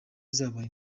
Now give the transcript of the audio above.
zabaye